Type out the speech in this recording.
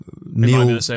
Neil